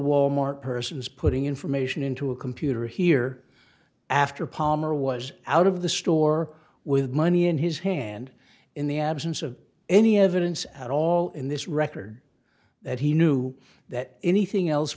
wal mart person is putting information into a computer here after palmer was out of the store with money in his hand in the absence of any evidence at all in this record that he knew that anything else